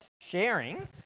sharing